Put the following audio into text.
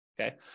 okay